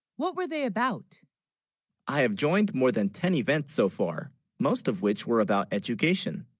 what were they about i have joined more than ten events so far most of which were about education